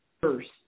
first